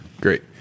Great